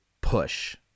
push